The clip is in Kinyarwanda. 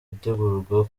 gutegurwa